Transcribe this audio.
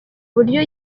uburyo